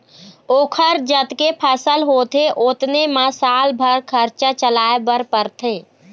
ओखर जतके फसल होथे ओतने म साल भर खरचा चलाए बर परथे